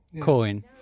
coin